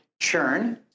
churn